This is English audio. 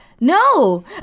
No